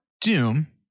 doom